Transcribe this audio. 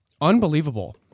Unbelievable